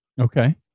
Okay